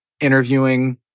interviewing